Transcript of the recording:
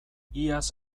iaz